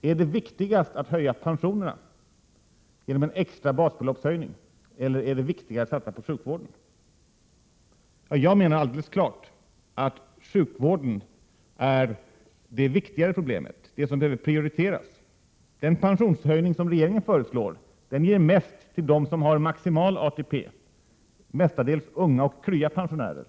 Är det viktigast att höja pensionerna genom en extra basbeloppshöjning, eller är det viktigast att 35 satsa på sjukvården? Jag hävdar att sjukvården är det viktigare problemet — det som behöver prioriteras. Den pensionshöjning som regeringen föreslår ger mest till dem som har maximal ATP, dvs. mestadels unga och krya pensionärer.